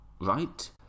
right